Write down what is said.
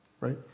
right